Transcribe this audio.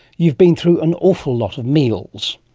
you've been through an awful lot of meals.